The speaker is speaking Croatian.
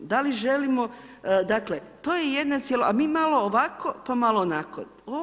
Da li želimo, dakle to je jedna cjelina, a mi malo ovako pa malo onako.